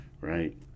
right